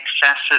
excessive